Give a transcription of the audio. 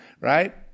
right